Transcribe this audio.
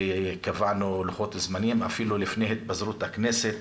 וקבענו לוחות זמנים, אפילו לפני התפזרות הכנסת,